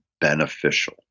beneficial